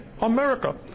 America